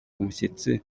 umushyitsi